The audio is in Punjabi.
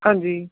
ਹਾਂਜੀ